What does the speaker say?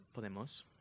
Podemos